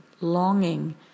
longing